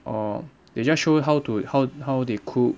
or they just show you how to how how they cook